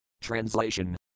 Translation